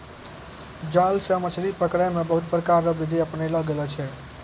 जाल से मछली पकड़ै मे बहुत प्रकार रो बिधि अपनैलो गेलो छै